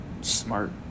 smart